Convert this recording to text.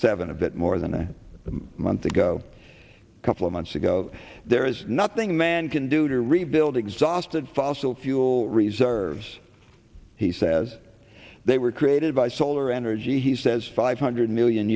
seven a bit more than a month ago a couple of months ago there is nothing man can do to rebuild exhausted fossil fuel reserves he says they were created by solar energy he says five hundred million